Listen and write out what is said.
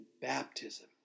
baptism